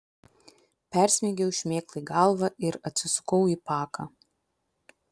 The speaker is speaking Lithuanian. persmeigiau šmėklai galvą ir atsisukau į paką